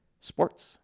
sports